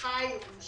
הוא חי ונושם.